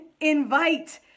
invite